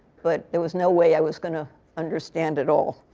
but there was no way i was going to understand it all.